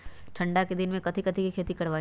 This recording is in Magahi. ठंडा के दिन में कथी कथी की खेती करवाई?